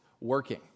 working